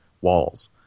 walls